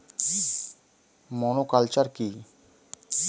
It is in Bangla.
মনোকালচার কি?